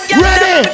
ready